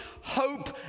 Hope